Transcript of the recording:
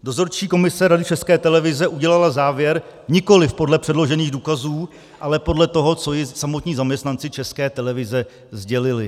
Dozorčí komise Rady České televize udělala závěr nikoliv podle předložených důkazů, ale podle toho, co jí samotní zaměstnanci České televize sdělili.